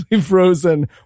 frozen